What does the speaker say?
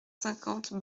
cinquante